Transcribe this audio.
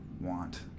want